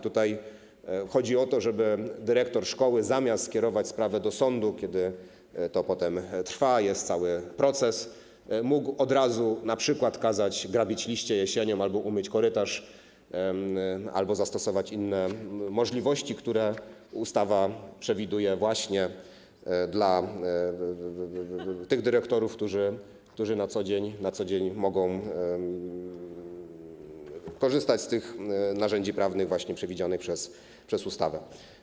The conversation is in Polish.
Tutaj chodzi o to, żeby dyrektor szkoły, zamiast skierować sprawę do sądu, kiedy to potem trwa, jest cały proces, mógł od razu na przykład kazać grabić liście jesienią albo umyć korytarz, albo zastosować inne możliwości, które ustawa przewiduje właśnie dla tych dyrektorów, którzy na co dzień mogą korzystać z tych narzędzi prawnych przewidzianych przez ustawę.